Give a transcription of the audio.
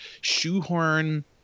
shoehorn